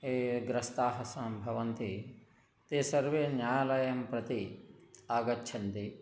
ये ये ग्रस्ताः साम् भवन्ति ते सर्वे न्यायालयं प्रति आगच्छन्ति